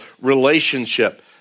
relationship